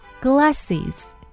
glasses